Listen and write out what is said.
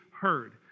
heard